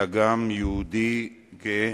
אלא גם יהודי גאה